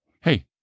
Hey